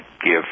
give